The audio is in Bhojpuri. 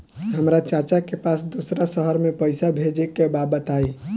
हमरा चाचा के पास दोसरा शहर में पईसा भेजे के बा बताई?